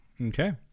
Okay